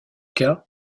cas